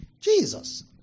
Jesus